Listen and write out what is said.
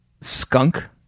skunk